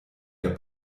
der